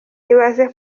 ibaze